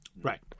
right